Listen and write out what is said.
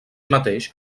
mateix